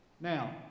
Now